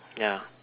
ya